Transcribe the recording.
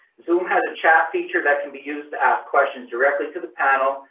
so who has a chat feature that can be used to ask questions directly to the panel.